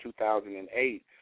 2008